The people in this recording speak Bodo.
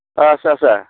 अ' आदसा आदसा